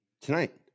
tonight